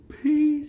Peace